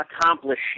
accomplish